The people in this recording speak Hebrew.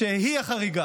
שהיא חריגה.